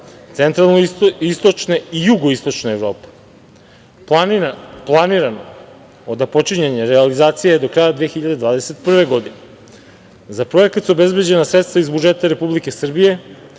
centralno-istočne i jugoistočne Evrope. Planirano započinjanje realizacije je do kraja 2021. godine. Za projekat su obezbeđena sredstva iz budžeta Republike Srbije